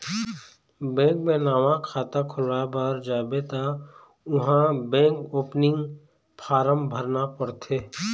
bank म नवा खाता खोलवाए बर जाबे त उहाँ बेंक ओपनिंग फारम भरना परथे